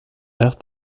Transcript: herth